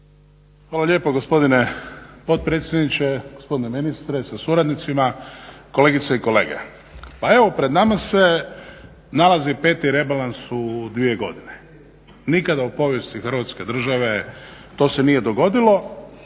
Hvala lijepo gospodine potpredsjedniče, gospodine ministre sa suradnicima, kolegice i kolege. Pa evo pred nama se nalazi peti rebalans u dvije godine. Nikada u povijesti Hrvatske države to se nije dogodilo.